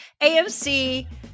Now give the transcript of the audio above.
AMC